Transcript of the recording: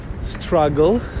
struggle